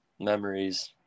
memories